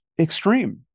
extreme